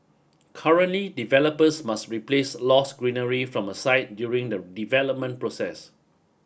currently developers must replace lost greenery from a site during the development process